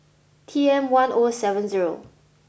T M one O seven zero